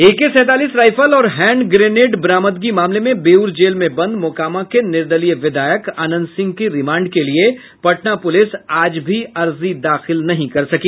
एके सैंतालीस रायफल और hand grenade बरामदगी मामले में बेऊर जेल में बंद मोकामा के निर्दलीय विधायक अनंत सिंह की रिमांड के लिये पटना प्रलिस आज भी अर्जी दाखिल नहीं कर सकी